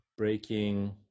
Breaking